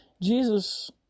Jesus